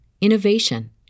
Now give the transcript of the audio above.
innovation